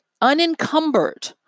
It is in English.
unencumbered